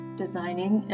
Designing